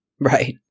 Right